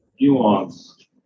nuance